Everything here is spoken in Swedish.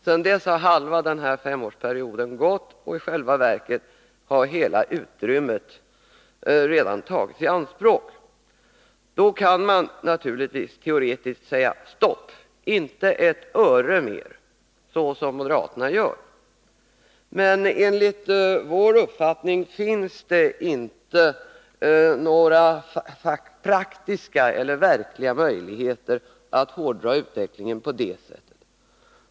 Sedan dess har halva den femårsperioden gått, och i själva verket har hela utrymmet redan tagits i anspråk. Då kan man naturligtvis teoretiskt säga ”stopp inte ett öre mer”, som moderaterna gör. Men enligt vår uppfattning finns det inte några verkliga möjligheter att hårdra utvecklingen på det sättet.